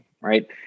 right